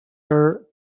her